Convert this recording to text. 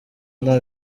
nta